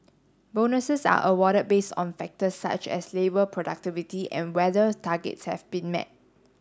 bonuses are awarded based on factors such as labour productivity and whether targets have been met